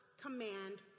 command